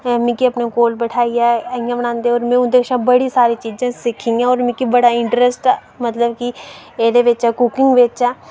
मिगी अपने कोल बैठाइयै इ''यां बनादे होर बड़ी सारी चीज़ां सिक्खी दियां होर मिगी बड़ा इंटरस्ट एह्दे बिच कुकिंग बिच ऐ